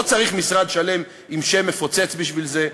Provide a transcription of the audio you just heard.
לא צריך משרד שלם עם שם מפוצץ בשביל זה,